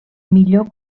millor